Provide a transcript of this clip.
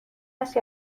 است